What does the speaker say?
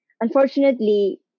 Unfortunately